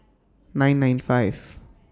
nine nine five